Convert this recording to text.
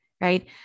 right